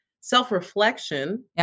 self-reflection